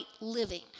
living